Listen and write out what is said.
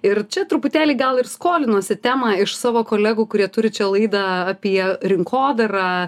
ir čia truputėlį gal ir skolinuosi temą iš savo kolegų kurie turi čia laidą apie rinkodarą